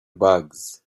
bags